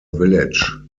village